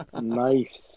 Nice